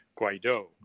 Guaido